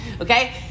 okay